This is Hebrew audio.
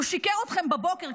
הוא שיקר אתכם בבוקר,